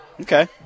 Okay